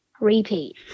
Repeat